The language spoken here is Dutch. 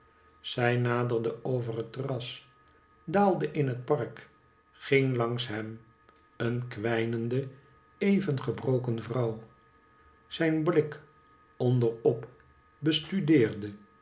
zij naderde over het terras daalde in het park ging langs hem een kwijnende even gebroken vrouw zijn blik onder op bestudeerde